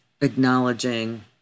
acknowledging